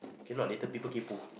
cannot later people kaypo